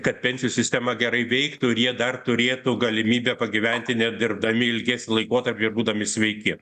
kad pensijų sistema gerai veiktų ir jie dar turėtų galimybę pagyventi nedirbdami ilgesnį laikotarpį ir būdami sveiki